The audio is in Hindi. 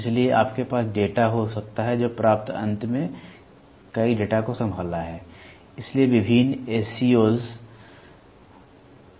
इसलिए आपके पास डेटा हो सकता है जो प्राप्त अंत में कई डेटा को संभाला है